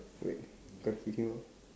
wait got video